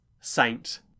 saint